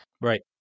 Right